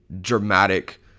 dramatic